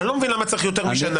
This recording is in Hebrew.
אני לא מבין למה צריך יותר משנה,